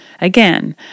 again